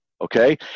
Okay